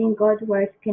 good life,